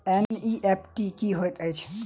NEFT की होइत अछि?